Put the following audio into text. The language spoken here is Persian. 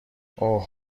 اوه